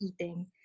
eating